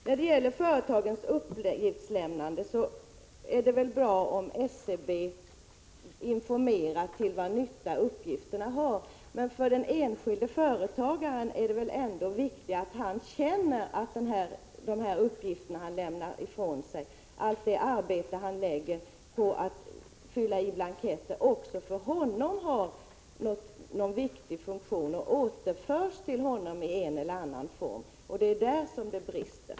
När det gäller företagens uppgiftslämnande är det väl bra om SCB informerar om vad nytta uppgifterna har, men för den enskilde företagaren är det väl ändå viktigare att han känner att de uppgifter han lämnar ifrån sig och allt det arbete han lägger ned på att fylla i blanketter också för honom har någon viktig funktion och återförs till honom i en eller annan form. Det är där det brister.